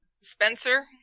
Spencer